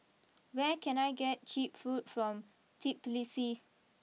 where can I get cheap food from Tbilisi